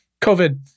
COVID